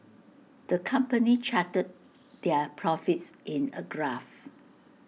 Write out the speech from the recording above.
the company charted their profits in A graph